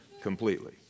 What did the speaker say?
completely